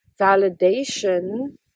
validation